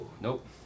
Nope